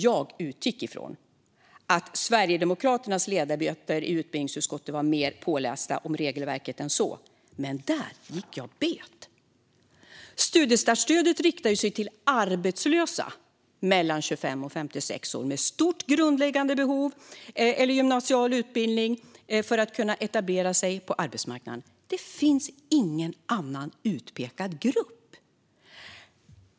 Jag utgick ifrån att Sverigedemokraternas ledamöter i utbildningsutskottet var mer pålästa om regelverket än så, men där gick jag bet. Studiestartsstödet riktar sig till arbetslösa i åldern 25-56 år med stort behov av grundläggande eller gymnasial utbildning för att kunna etablera sig på arbetsmarknaden. Det finns ingen annan utpekad grupp.